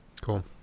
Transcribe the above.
cool